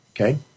okay